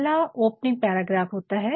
पहला opening paragraph होता है